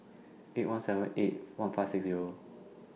eight one seven eight one five six Zero